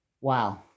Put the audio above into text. Wow